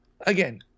again